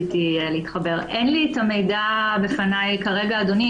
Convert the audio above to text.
אין לי את המידע לפניי כרגע, אדוני.